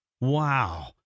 Wow